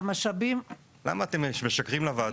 למה אתם משקרים לוועדה?